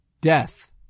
Death